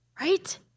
right